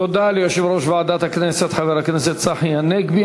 תודה ליושב-ראש ועדת הכנסת, חבר הכנסת צחי הנגבי.